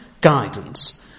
guidance